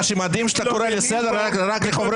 מה שמדהים זה שאתה קורא לסדר רק לחברי